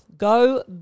Go